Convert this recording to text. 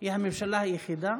היא הממשלה היחידה